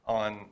on